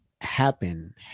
happen